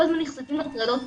כל הזמן נחשפים להטרדות.